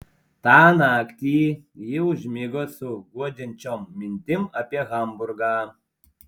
tą naktį ji užmigo su guodžiančiom mintim apie hamburgą